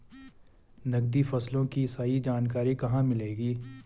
नकदी फसलों की सही जानकारी कहाँ मिलेगी?